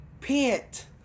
pit